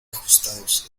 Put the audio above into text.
ajustados